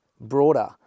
broader